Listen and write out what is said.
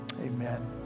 Amen